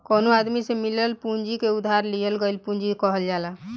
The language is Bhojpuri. कवनो आदमी से मिलल पूंजी के उधार लिहल गईल पूंजी कहल जाला